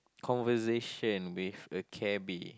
conversation with a cabby